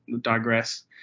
digress